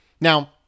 Now